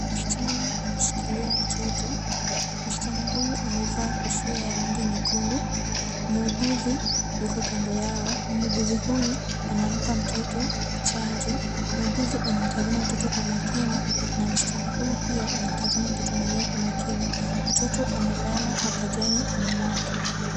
Msichana ameshikilia mtoto. Msichana huyu amevaa kofia ya rangi nyekundu. Muuguzi yuko kando yao. Muuguzi huyu anampa mtoto chanjo. Muuguzi anamtazama mtoto kwa makini na msichana huyu pia anamtazama mtoto mwenyewe kwa makini. Mtoto amelala mapajani mwa mamake.